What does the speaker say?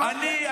אני,